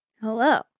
hello